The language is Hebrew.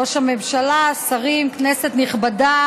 ראש הממשלה, שרים, כנסת נכבדה,